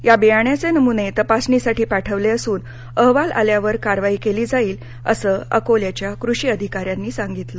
या बियाण्याचे नमुने तपासणिसाठी पाठवले असून अहवाल आल्यावर कारवाई केली जाईल असं अकोल्याच्या कृषी अधिकाऱ्यांनी सांगितलं